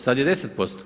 Sad je 10%